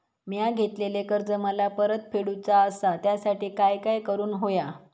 मिया घेतलेले कर्ज मला परत फेडूचा असा त्यासाठी काय काय करून होया?